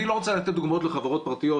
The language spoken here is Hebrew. אני לא רוצה לתת דוגמאות מחברות פרטיות,